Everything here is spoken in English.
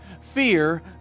fear